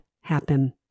happen